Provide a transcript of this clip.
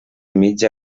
mitja